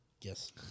Yes